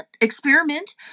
experiment